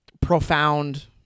profound